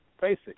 basic